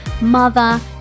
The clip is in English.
mother